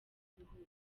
guhuza